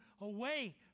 away